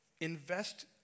Invest